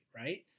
right